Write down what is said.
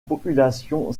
population